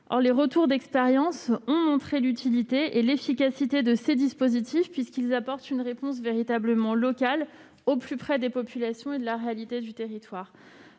Les retours d'expérience ont montré l'utilité et l'efficacité de ces dispositifs, qui apportent une réponse locale, au plus près des populations et de la réalité du territoire.